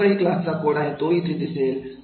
जो काही क्लासचा कोड आहे तो येथे दिसेल